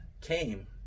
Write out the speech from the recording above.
came